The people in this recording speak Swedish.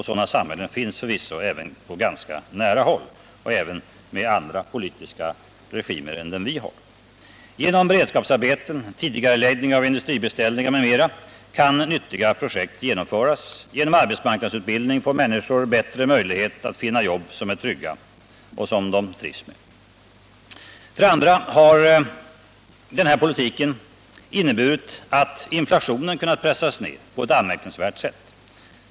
Sådana samhällen finns förvisso, även på ganska nära håll och även med andra politiska regimer än den vi har. Genom beredskapsarbeten, tidigareläggning av industribeställningar m.m. kan nyttiga projekt genomföras. Genom arbetsmarknadsutbildning får människor bättre möjligheter att finna jobb som är trygga och som de trivs med. För det andra har den förda politiken inneburit att inflationen kunnat pressas ned på ett anmärkningsvärt sätt.